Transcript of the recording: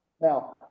Now